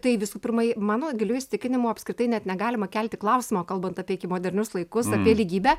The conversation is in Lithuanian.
tai visų pirmai mano giliu įsitikinimu apskritai net negalima kelti klausimo kalbant apie modernius laikus apie lygybę